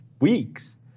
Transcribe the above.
weeks